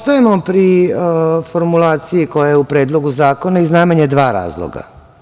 Ostajemo pri formulaciji koja je u Predlogu zakona iz najmanje dva razloga.